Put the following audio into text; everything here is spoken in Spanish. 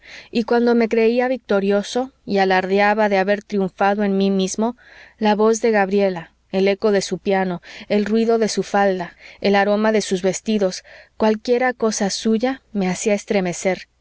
y cuando me creía victorioso y alardeaba de haber triunfado en mí mismo la voz de gabriela el eco de su piano el ruido de su falda el aroma de sus vestidos cualquiera cosa suya me hacía estremecer